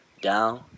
down